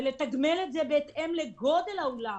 ולתגמל אותם בהתאם לגודל האולם